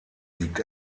liegt